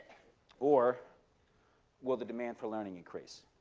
or will the demand for learning increase?